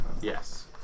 Yes